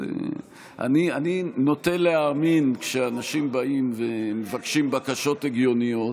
אני נוטה להאמין כשאנשים באים ומבקשים בקשות הגיוניות,